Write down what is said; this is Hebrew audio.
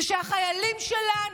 הוא שהחיילים שלנו,